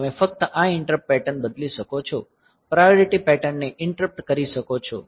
તમે ફક્ત આ ઈંટરપ્ટ પેટર્ન બદલી શકો છો પ્રાયોરિટી પેટર્નને ઈંટરપ્ટ કરી શકો છો